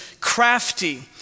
crafty